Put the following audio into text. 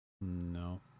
no